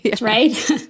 Right